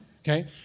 okay